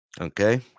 Okay